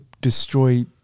destroy